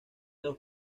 dos